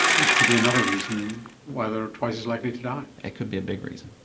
which could be another reason why they are twice as likely to die. it could be a big reason.